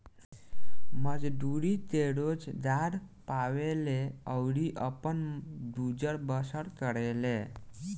मजदूरी के रोजगार पावेले अउरी आपन गुजर बसर करेले